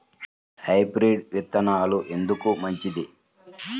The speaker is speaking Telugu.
హైబ్రిడ్ విత్తనాలు ఎందుకు మంచిది?